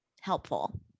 helpful